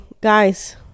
guys